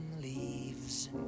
leaves